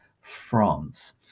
France